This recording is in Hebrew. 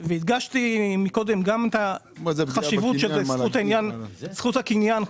והדגשתי מקודם גם את החשיבות שבזכות הקניין,